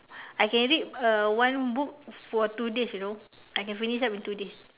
I can read uh one book for two days you know I can finish up in two days